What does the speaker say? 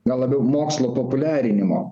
gal labiau mokslo populiarinimo